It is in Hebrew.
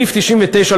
התשל"ח 1978,